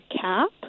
cap